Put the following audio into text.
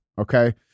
okay